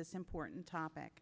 this important topic